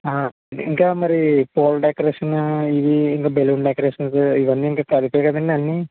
ఇంకా మరి పూల డెకరేషను ఇవి ఇంక బెలూన్ డెకరేషను ఇవన్నీ ఇంక కలిపే కదండి అన్ని